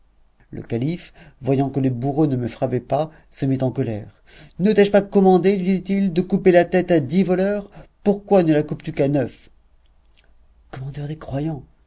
le calife voyant que le bourreau ne me frappait pas se mit en colère ne t'ai-je pas commandé lui dit-il de couper la tête à dix voleurs pourquoi ne la coupes tu qu'à neuf commandeur des croyants